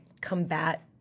combat